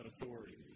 authority